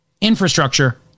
infrastructure